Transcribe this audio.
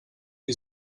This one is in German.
die